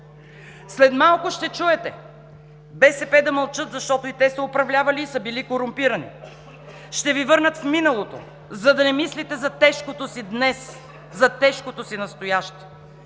След малко ще чуете: „БСП да мълчат, защото и те са управлявали и са били корумпирани“. Ще Ви върнат в миналото, за да не мислите за тежкото си днес, за техното си настояще.